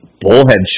bullhead